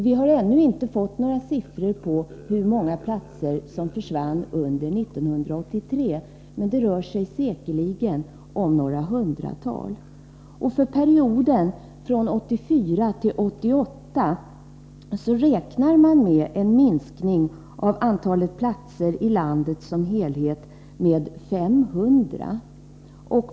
Vi har ännu inte fått några siffror på hur många platser som försvann under 1983, men det rör sig säkerligen om några hundratal. För perioden 1984-1988 räknar man med en minskning av antalet platser i landet som helhet med 500.